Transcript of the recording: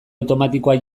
automatikoa